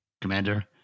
...Commander